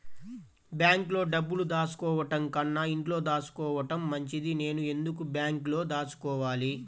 బ్యాంక్లో డబ్బులు దాచుకోవటంకన్నా ఇంట్లో దాచుకోవటం మంచిది నేను ఎందుకు బ్యాంక్లో దాచుకోవాలి?